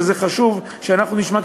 וחשוב שאנחנו נשמע,